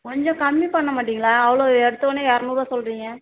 கொஞ்சம் கம்மி பண்ண மாட்டிங்களா அவ்வளோ எடுத்தோனே இரநூறுவா சொல்லுறீங்க